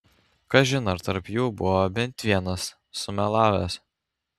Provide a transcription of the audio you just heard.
kažin ar tarp jų buvo bent vienas sumelavęs